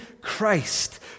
Christ